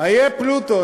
איה פלוטו?